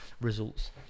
results